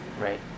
right